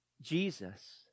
Jesus